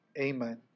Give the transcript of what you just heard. amen